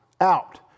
out